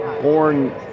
born